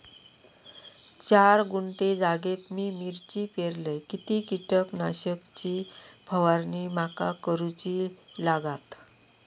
चार गुंठे जागेत मी मिरची पेरलय किती कीटक नाशक ची फवारणी माका करूची लागात?